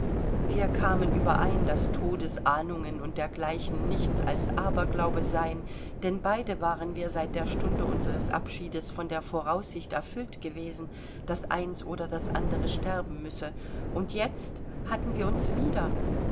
wir kamen überein daß todesahnungen und dergleichen nichts als aberglaube seien denn beide waren wir seit der stunde unseres abschiedes von der voraussicht erfüllt gewesen daß eins oder das andere sterben müsse und jetzt hatten wir uns wieder